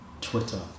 Twitter